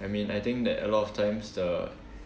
I mean I think that a lot of times the